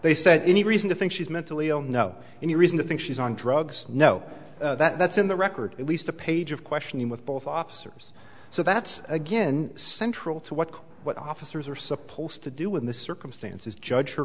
they said any reason to think she's mentally ill no any reason to think she's on drugs no that's in the record at least a page of questioning with both officers so that's again central to what what officers are supposed to do when the circumstances judge her